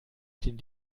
stehen